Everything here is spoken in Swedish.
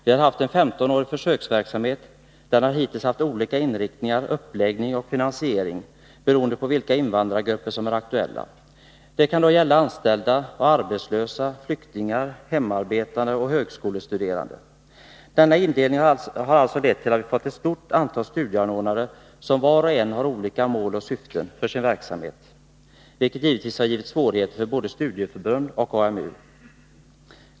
Vi har haft en femtonårig försöksverksamhet. Den har hittills haft olika inriktning, uppläggning och finansiering beroende på vilka invandrargrupper som är aktuella. Det kan då gälla anställda, arbetslösa, flyktingar, hemarbetande och högskolestuderande. Denna indelning har alltså lett till att vi fått ett stort antal studieanordnare som var och en har olika mål och syften för sin verksamhet, vilket givetvis har förorsakat svårigheter för både studieförbund och AMU.